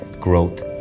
growth